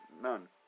none